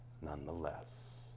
nonetheless